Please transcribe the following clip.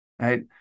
Right